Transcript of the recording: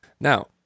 Now